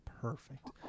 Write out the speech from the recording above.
perfect